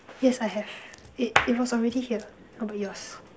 yes I have it it was already here how about yours